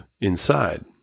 inside